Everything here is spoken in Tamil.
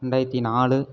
ரெண்டாயிரத்தி நாலு